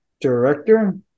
director